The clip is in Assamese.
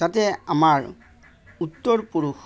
যাতে আমাৰ উত্তৰ পুৰুষ